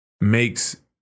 makes